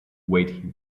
wait